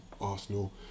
Arsenal